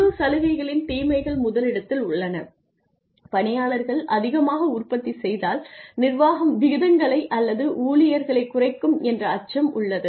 குழு சலுகைகளின் தீமைகள் முதலிடத்தில் உள்ளன பணியாளர்கள் அதிகமாக உற்பத்தி செய்தால் நிர்வாகம் விகிதங்களை அல்லது ஊழியர்களைக் குறைக்கும் என்ற அச்சம் உள்ளது